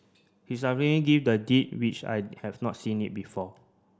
he gave the Deed which I had not seen it before